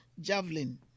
javelin